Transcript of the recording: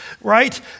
right